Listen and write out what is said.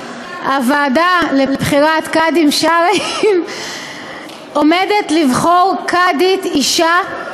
הוועדה לבחירת קאדים שרעיים עומדת לבחור קאדית אישה.